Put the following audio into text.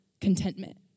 contentment